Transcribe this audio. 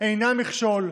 אינם מכשול,